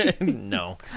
No